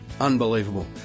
Unbelievable